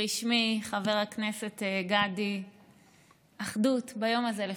רשמי, חבר הכנסת גדי, אחדות, ביום הזה לפחות.